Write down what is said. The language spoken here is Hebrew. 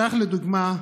כך, לדוגמה,